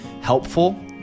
helpful